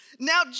Now